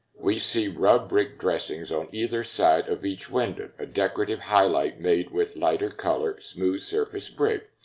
we see rubbed brick dressings on either side of each window, a decorative highlight made with lighter-colored, smooth-surface brick.